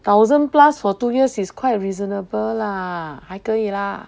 thousand plus for two years is quite reasonable lah 还可以啦